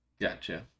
Gotcha